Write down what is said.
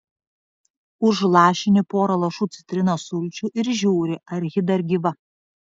užlašini porą lašų citrinos sulčių ir žiūri ar ji dar gyva